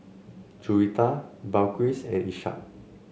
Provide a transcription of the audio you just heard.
Juwita Balqis and Ishak